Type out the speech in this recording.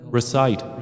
Recite